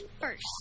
first